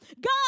God